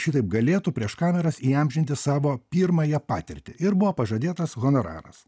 šitaip galėtų prieš kameras įamžinti savo pirmąją patirtį ir buvo pažadėtas honoraras